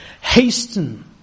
hasten